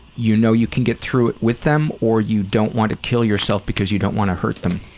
you know you can get through it with them, or you don't want to kill yourself, because you don't want to hurt them?